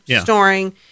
storing